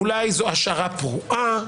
אולי זו השערה פרועה.